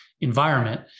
environment